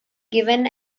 given